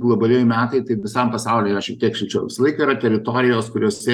globaliai metai tai visam pasauly yra šiek tiek šilčiau visąlaik yra teritorijos kuriose